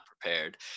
prepared